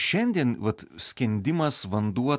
šiandien vat skendimas vanduo